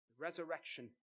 Resurrection